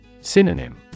Synonym